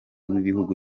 w’ibihugu